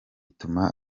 bituma